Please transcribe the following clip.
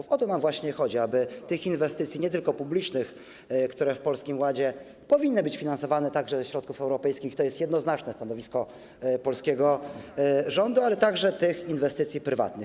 Właśnie o to nam chodzi, aby tych inwestycji, nie tylko publicznych, które w Polskim Ładzie powinny być finansowane także ze środków europejskich - to jest jednoznaczne stanowisko polskiego rządu - ale także prywatnych.